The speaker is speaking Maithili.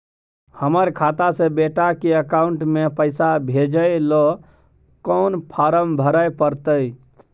हमर खाता से बेटा के अकाउंट में पैसा भेजै ल कोन फारम भरै परतै?